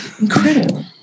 Incredible